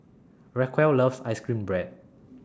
Racquel loves Ice Cream Bread